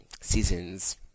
seasons